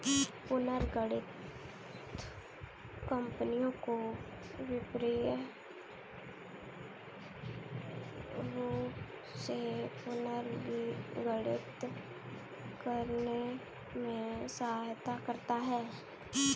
पुनर्गठन कंपनियों को वित्तीय रूप से पुनर्गठित करने में सहायता करता हैं